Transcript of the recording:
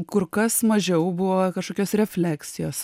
kur kas mažiau buvo kažkokios refleksijos